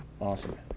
Awesome